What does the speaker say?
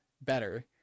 better